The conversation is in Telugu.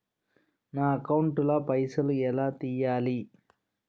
నా అకౌంట్ ల పైసల్ ఎలా తీయాలి?